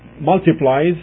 multiplies